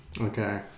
Okay